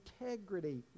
integrity